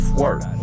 work